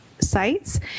Sites